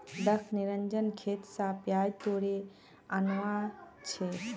दख निरंजन खेत स प्याज तोड़े आनवा छै